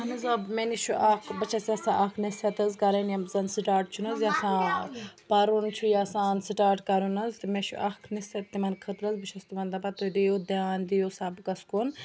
اہن حظ آ مےٚ نِش چھُ اَکھ بہٕ چھَس یَژھان اَکھ نصحت حظ کَرٕنۍ یِم زَن سِٹاٹ چھُ نہٕ حظ یَژھان پَرُن چھُ یَژھان سِٹاٹ کَرُن حظ تہٕ مےٚ چھُ اَکھ نصحت تِمَن خٲطرٕ حظ بہٕ چھَس تِمَن دَپان تُہۍ دِیِو دھیان دِیِو سَبقَس کُن